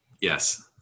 Yes